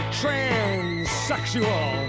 transsexual